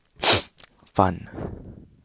fun